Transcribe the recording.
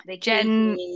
Jen